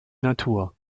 natur